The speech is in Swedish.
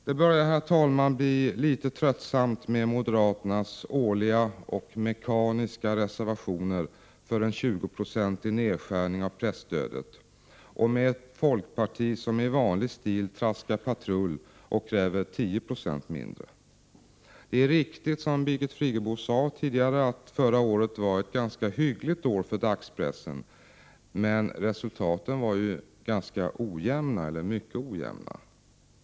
Det börjar, herr talman, bli litet tröttsamt med moderaternas årliga och mekaniska reservationer för en 20-procentig nedskärning av presstödet och med ett folkparti, som i vanlig stil traskar patrull och kräver 10 Zo mindre. Det är riktigt, som Birgit Friggebo sade tidigare, att förra året var ett ganska hyggligt år för dagspressen, men resultaten var mycket ojämna.